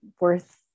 worth